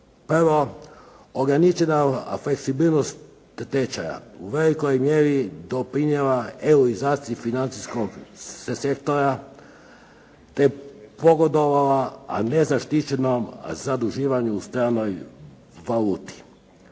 Prvo, ograničena fleksibilnost tečaja u velikoj mjeri doprinjava eurizaciji financijskog sektora te pogodovala nezaštićenom zaduživanju u stranoj valuti.